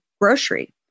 grocery